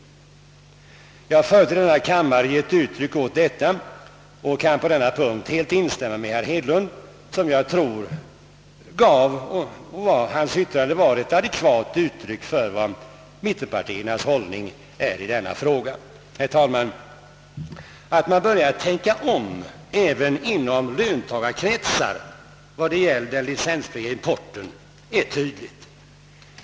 Jag har förut i denna kammare gett uttryck åt denna uppfattning och kan på den punkten helt instämma med herr Hedlund; jag tror att hans yttrande gav ett adekvat uttryck för mittenpartiernas hållning i denna fråga. Herr talman! Att man börjar tänka om även inom löntagarkretsar i fråga om den licensfria importen är tydligt.